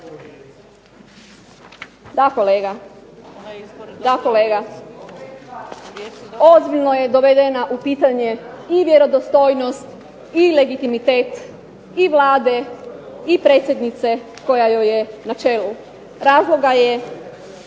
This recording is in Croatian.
Vlada. Da, kolega ozbiljno je dovedena u pitanje i vjerodostojnost i legitimitet i Vlade i predsjednice koja joj je na čelu. Razloga je